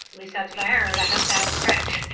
least that's what i heard, i hope that was correct.